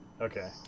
Okay